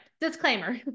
disclaimer